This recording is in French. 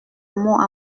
mot